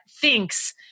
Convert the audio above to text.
thinks